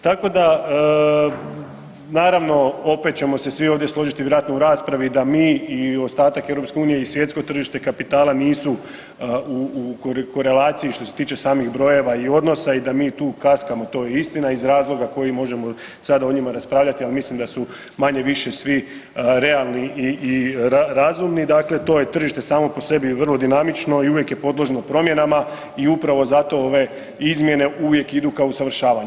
Tako da naravno opet ćemo se svi složiti vjerojatno u raspravi da mi i ostatak EU i svjetsko tržište kapitala nisu u korelaciji što se tiče samih brojeva i odnosa i da mi tu kaskamo, to je istina iz razloga koje možemo sada o njima raspravljati, ali mislim da su manje-više svi realni i razumni, dakle to je tržišta samo po sebi vrlo dinamično i uvijek je podložno promjenama i upravo zato ove izmjene idu ka usavršavanju.